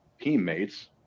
teammates